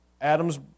Adam's